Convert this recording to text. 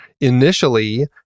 initially